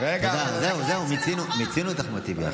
בעיניי לא ראוי למעמד הזה.